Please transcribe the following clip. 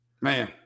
man